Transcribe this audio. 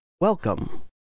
welcome